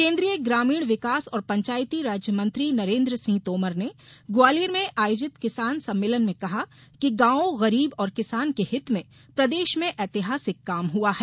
केन्द्रीय ग्रामीण विकास और पंचायती राज मंत्री नरेन्द्र सिंह तोमर ने ग्वालियर में आयोजित किसान सम्मेलन में कहा कि गॉवों गरीब और किसान के हित में प्रदेश में ऐतिहासिक काम हुआ है